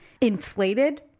inflated